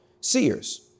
seers